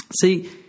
See